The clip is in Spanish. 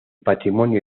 patrimonio